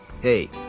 Hey